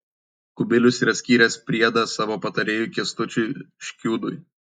kubilius yra skyręs priedą savo patarėjui kęstučiui škiudui